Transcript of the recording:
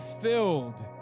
filled